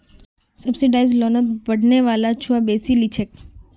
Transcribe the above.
subsidised लोनोत पढ़ने वाला छुआ बेसी लिछेक